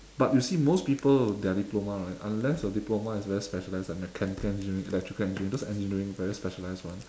but you see most people their diploma right unless your diploma is very specialized right like mechanical engineering electrical engineering those engineering very specialized [one]